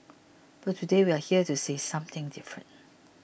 but today we're here to say something different